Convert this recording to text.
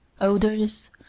odors